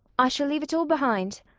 i shall leave it all behind.